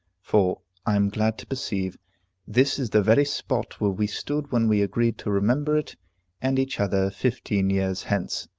for i am glad to perceive this is the very spot where we stood when we agreed to remember it and each other fifteen years hence.